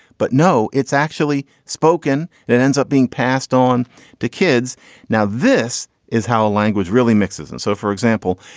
but no, it's actually spoken and ends up being passed on to kids now, this is how a language really mixes in. so for example,